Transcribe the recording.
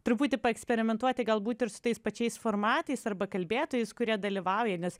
truputį paeksperimentuoti galbūt ir su tais pačiais formatais arba kalbėtojais kurie dalyvauja nes